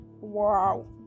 Wow